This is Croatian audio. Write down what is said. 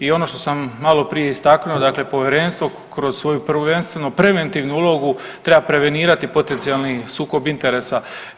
I ono što sam maloprije istaknu, dakle povjerenstvo kroz svoju prvenstveno preventivnu ulogu treba prevenirati potencijalni sukob interesa.